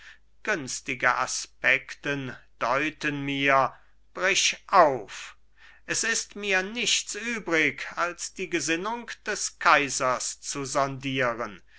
günstige aspekten deuten mir brich auf es ist mir nichts übrig als die gesinnung des kaisers zu sondieren